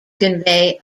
convey